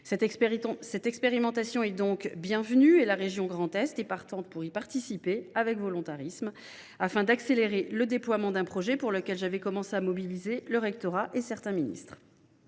Cette expérimentation est donc bienvenue, et la région Grand Est se déclare partante pour y participer, avec volontarisme, afin d’accélérer le déploiement d’un projet pour lequel j’avais commencé à mobiliser le rectorat et certains ministres.